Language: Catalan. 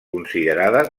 considerada